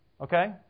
Okay